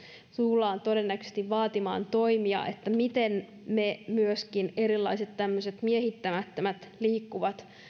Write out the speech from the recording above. tullaan todennäköisesti vaatimaan toimia sen suhteen miten me saamme myöskin erilaiset tämmöiset miehittämättömät liikkuvat